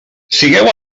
sigueu